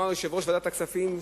ואמר יושב-ראש ועדת הכספים,